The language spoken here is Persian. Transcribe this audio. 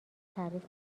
تعریف